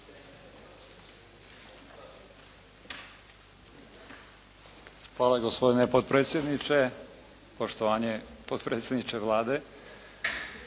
Hvala gospodine potpredsjedniče, poštovani potpredsjedniče Vlade,